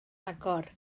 agor